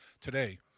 Today